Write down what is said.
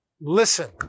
Listen